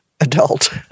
adult